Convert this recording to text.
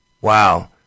Wow